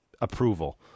approval